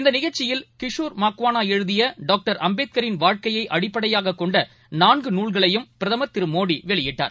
இந்தநிகழ்ச்சியில் கிஷோர் மக்வானாஎழுதியடாக்டர் அம்பேத்கரின் வாழ்க்கையை அடிப்படையாககொண்டநான்கு நூல்களையும் பிரதமர் திருமோடிவெளியிட்டார்